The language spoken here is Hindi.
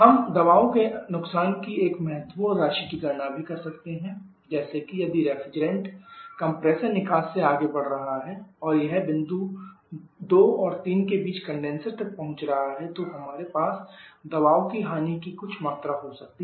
हम दबाव के नुकसान की एक महत्वपूर्ण राशि की गणना भी कर सकते हैं जैसे कि यदि रेफ्रिजरेंट कंप्रेसर निकास से आगे बढ़ रहा है और यह बिंदु 2 और 3 के बीच कंडेनसर तक पहुंच रहा है तो हमारे पास दबाव की हानि की कुछ मात्रा हो सकती है